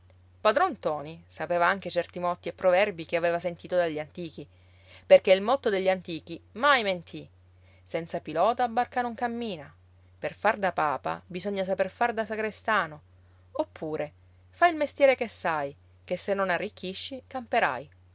padron ntoni sapeva anche certi motti e proverbi che aveva sentito dagli antichi perché il motto degli antichi mai mentì senza pilota barca non cammina per far da papa bisogna saper far da sagrestano oppure fa il mestiere che sai che se non arricchisci camperai